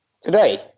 Today